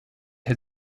had